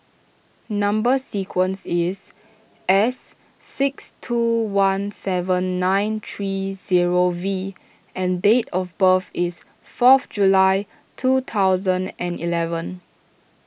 Number Sequence is S six two one seven nine three zero V and date of birth is fourth July two thousand and eleven